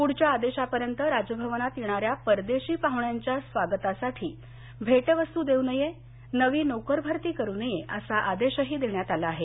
पुढच्या आदेशापर्यंत राजभवनात येणाऱ्या परदेशी पाहुण्यांच्या स्वागतासाठी भेटवस्तू देऊ नये नवी नोकरभरती करू नये असा आदेशही देण्यात आला आहे